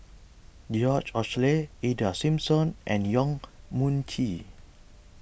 George Oehlers Ida Simmons and Yong Mun Chee